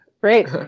Great